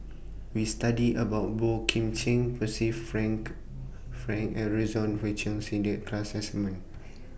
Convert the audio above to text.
We studied about Boey Kim Cheng Perci Frank Fran Aroozoo Wee Chong Jin that class assignment